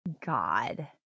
God